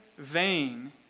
Vain